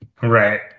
right